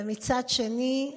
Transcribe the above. ומצד שני,